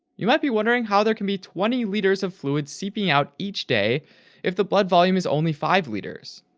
you may be wondering how there can be twenty liters of fluid seeping out each day if the blood volume is only five liters,